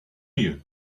you